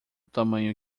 tamanho